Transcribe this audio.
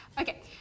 Okay